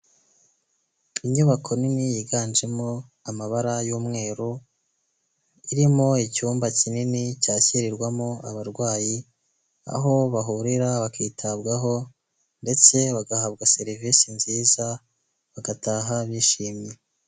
Inyubako nini yiganjemo amabara y'umweru irimo icyumba kinini cyakirirwamo abarwayi, aho bahurira bakitabwaho ndetse bagahabwa serivisi nziza bagataha bishimye.